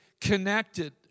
connected